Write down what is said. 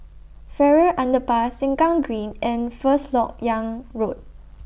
Farrer Underpass Sengkang Green and First Lok Yang Road